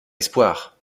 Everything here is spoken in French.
espoir